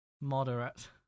Moderate